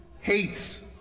Hates